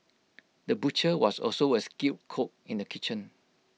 the butcher was also A skilled cook in the kitchen